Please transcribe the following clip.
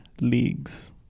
leagues